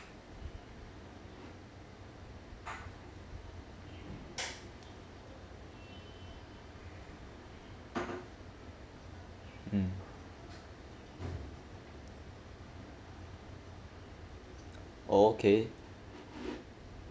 mm oh okay